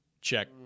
check